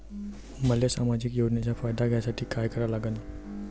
मले सामाजिक योजनेचा फायदा घ्यासाठी काय करा लागन?